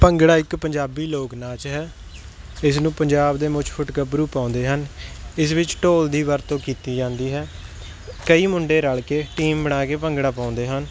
ਭੰਗੜਾ ਇੱਕ ਪੰਜਾਬੀ ਲੋਕ ਨਾਚ ਹੈ ਇਸ ਨੂੰ ਪੰਜਾਬ ਦੇ ਮੁੱਛ ਫੁੱਟ ਗੱਭਰੂ ਪਾਉਂਦੇ ਹਨ ਇਸ ਵਿੱਚ ਢੋਲ ਦੀ ਵਰਤੋਂ ਕੀਤੀ ਜਾਂਦੀ ਹੈ ਕਈ ਮੁੰਡੇ ਰਲ ਕੇ ਟੀਮ ਬਣਾ ਕੇ ਭੰਗੜਾ ਪਾਉਂਦੇ ਹਨ